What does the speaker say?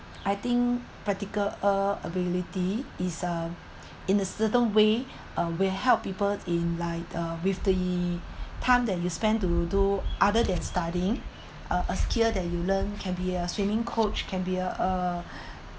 I think practical a ability is uh in a certain way uh will help people in like uh with the time that you spend to do other than studying a a skill that you learn can be a swimming coach can be a uh